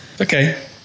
Okay